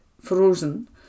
frozen